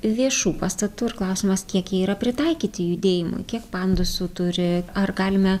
viešų pastatų ir klausimas kiek jie yra pritaikyti judėjimui kiek pandusų turi ar galime